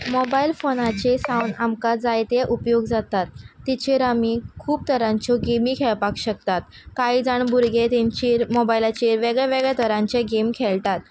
mobile फोनाचे सावन आमकां जायते उपयोग जातात तेचेर आमी खूब तरांच्यो गेमी खेळपाक शकतात कांय जाण भुरगे तेंचेर मॉबायलाचेर वेगळे वेगळे तरांचे गेम खेळटात